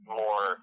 more